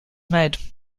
made